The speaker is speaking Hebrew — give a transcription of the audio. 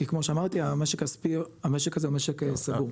כי כמו שאמרתי המשק הזה הוא משק סגור.